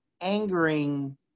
angering